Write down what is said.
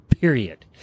period